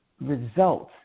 results